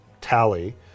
tally